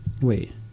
Wait